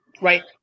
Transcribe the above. right